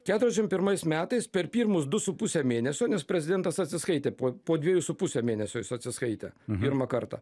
keturiasdešimt pirmais metais per pirmus du su puse mėnesio nes prezidentas atsiskaitė po po dvejų su puse mėnesio jis atsiskaitė pirmą kartą